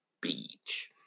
beach